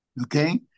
Okay